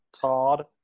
Todd